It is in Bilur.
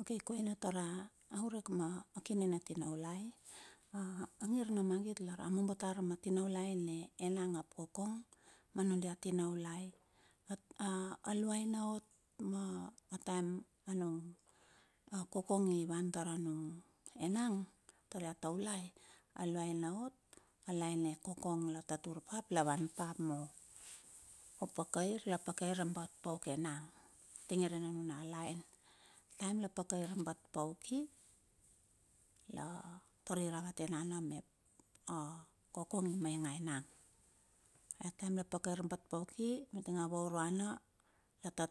Okei koina tar a urek ma kine na tinaulai, a ngir na magit i lar a momobo tar ma tinaulai ne enang ap kokong, ma nudia tinaulai. Aluaina ot ma a taem a nung kokong i wan taur a nung enang taur ia taulai. A luana ot a laen ne kokong la tatur ap la wan pa ma mo pakair, la pakair bat pauk enang tenge re na nuna laen. Taem la pakair bat pauki la taur, ravate nana mep a kokong i maige enang to a taem la pakair pat pauk ki ning a vauruana la ta